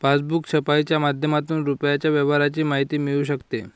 passbook छपाईच्या माध्यमातून रुपयाच्या व्यवहाराची माहिती मिळू शकते